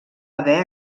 haver